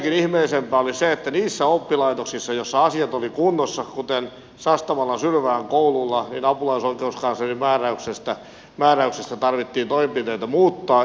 vieläkin ihmeellisempää oli se että niissä oppilaitoksissa joissa asiat olivat kunnossa kuten sastamalan sylvään koululla apulaisoikeuskanslerin määräyksestä tarvitsi toimenpiteitä muuttaa